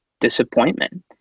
disappointment